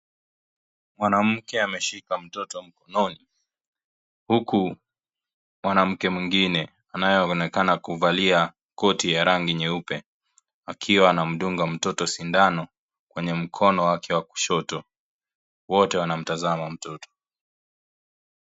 Mwanamke ameshika mtoto mkononi huku mwanamke mwingine anayeonekana kuvalia koti ya rangi nyeupe akiwa anamdunga mtoto sindano kwenye mkono wake wa kushoto, wote wanamtazama mtoto.